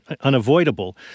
unavoidable